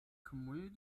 komödie